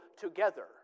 together